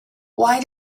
why